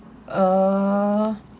uh